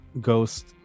ghost